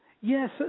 Yes